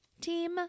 Team